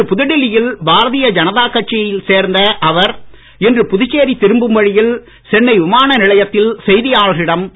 நேற்று புதுடெல்லியில் பாரதிய ஜனதா கட்சியைச் சேர்ந்த அவர் இன்று புதுச்சேரி திரும்பும் வழியில் சென்னை விமான நிலையத்தில் செய்தியாளர்களிடம் பேசினார்